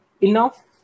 enough